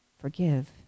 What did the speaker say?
forgive